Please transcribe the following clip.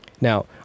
now